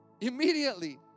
Immediately